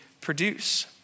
produce